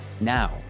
now